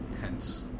hence